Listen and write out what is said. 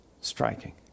striking